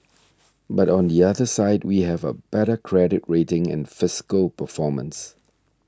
but on the other side we have a better credit rating and fiscal performance